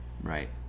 right